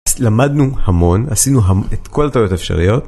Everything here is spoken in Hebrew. למדנו המון עשינו את כל הטעויות האפשריות.